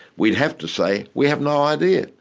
we have to say we have no idea.